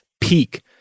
peak